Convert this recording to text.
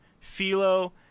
Philo